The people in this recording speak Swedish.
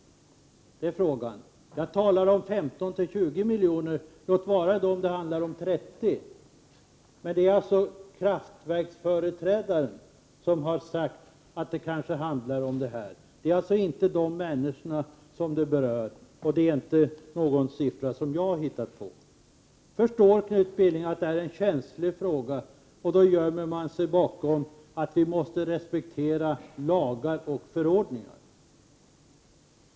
Det är frågan. När jag talar om 15-20 miljoner, svarar man att det handlar om 30 milj.kr. Det är kraftverksföreträdaren som sagt att det kanske handlar om detta belopp, och alltså inte de människor det berör. Det är inte heller någon siffra som jag hittat på. Nu förstår Knut Billing att detta är en känslig fråga, och då gömmer man sig bakom att vi måste respektera lagar och förordningar.